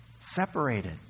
Separated